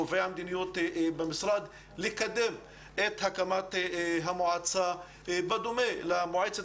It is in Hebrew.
לקובעי המדיניות במשרד לקדם את הקמת המועצה בדומה למועצת